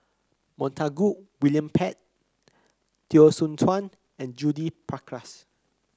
Montague William Pett Teo Soon Chuan and Judith Prakash